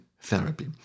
therapy